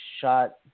shot